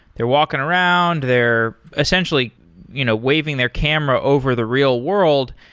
they're walking around, they're essentially you know waving their camera over the real world,